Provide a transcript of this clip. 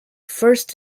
first